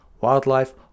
wildlife